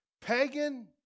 Pagan